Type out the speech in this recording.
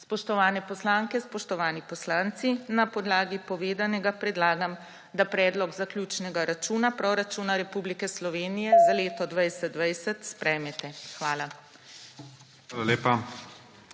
Spoštovane poslanke, spoštovani poslanci, na podlagi povedanega predlagam, da predlog zaključnega računa proračuna Republike Slovenije za leto 2020 sprejmete. Hvala.